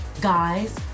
guys